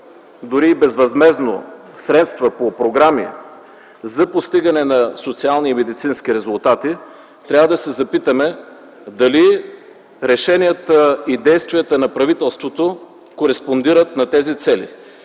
дори и безвъзмездно средства по програми за постигане на социални и медицински резултати трябва да се запитаме дали решенията и действията на правителството кореспондират на тези цели.